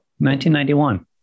1991